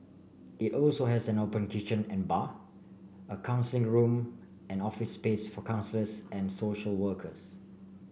it also has an open kitchen and bar a counselling room and office space for counsellors and social workers